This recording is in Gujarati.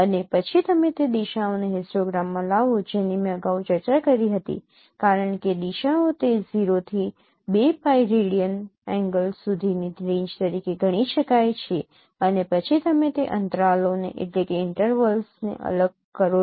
અને પછી તમે તે દિશાઓને હિસ્ટોગ્રામમાં લાવો જેની મેં અગાઉ ચર્ચા કરી હતી કારણ કે દિશાઓ તે 0 થી 2π રેડીયન એંગલ સુધીની રેન્જ તરીકે ગણી શકાય છે અને પછી તમે તે અંતરાલોને અલગ કરો છો